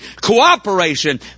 cooperation